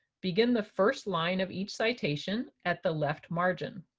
begin the first line of each citation at the left margin.